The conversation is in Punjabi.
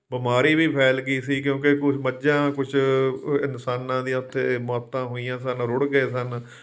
ਬਿਮਾਰੀ ਵੀ ਫੈਲ ਗਈ ਸੀ ਕਿਉਂਕਿ ਕੁਝ ਮੱਝਾਂ ਕੁਝ ਇਨਸਾਨਾਂ ਦੀਆਂ ਉਥੇ ਮੌਤਾਂ ਹੋਈਆਂ ਸਨ ਰੁੜ ਗਏ ਸਨ